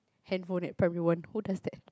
hand phone at primary one who does that